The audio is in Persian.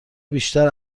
بیشتر